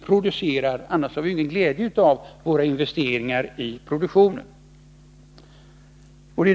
producerar — annars har vi ingen glädje av våra investeringar i produktionen.